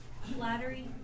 flattery